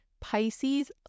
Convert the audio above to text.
Pisces